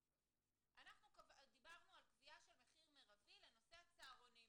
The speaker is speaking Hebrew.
אנחנו דיברנו על קביעה של מחיר מרבי לנושא הצהרונים.